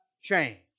change